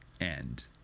end